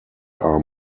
are